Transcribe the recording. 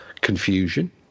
confusion